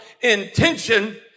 intention